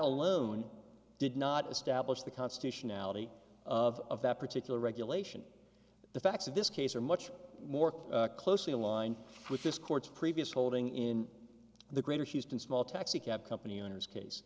alone did not establish the constitutionality of that particular regulation the facts of this case are much more closely aligned with this court's previous holding in the greater houston small taxicab company owners case